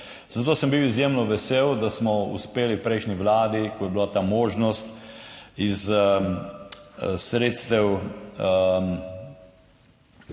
Zato sem bil izjemno vesel, da smo uspeli v prejšnji vladi, ko je bila ta možnost, iz sredstev